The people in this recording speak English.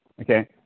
Okay